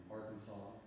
Arkansas